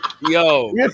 Yo